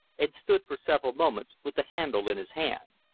and stood for several moments with the handle in his hand.